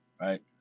right